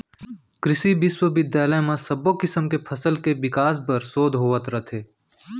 कृसि बिस्वबिद्यालय म सब्बो किसम के फसल के बिकास बर सोध होवत रथे